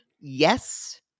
Yes